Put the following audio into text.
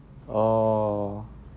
oh